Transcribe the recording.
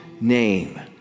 name